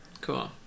Cool